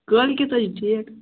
کٲلۍکٮ۪تھ حظ چھُ ڈِیٹ